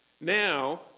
Now